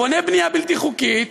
בונה בנייה בלתי חוקית,